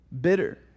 Bitter